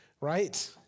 right